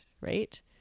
right